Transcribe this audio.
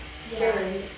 scary